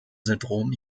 syndrom